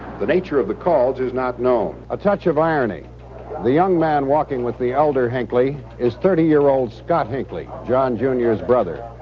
the nature of the calls is not known. a touch of irony the young man walking with the elder hinckley. is thirty year old scott hinckley, john junior's brother.